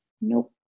Nope